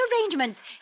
arrangements